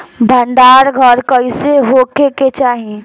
भंडार घर कईसे होखे के चाही?